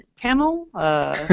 panel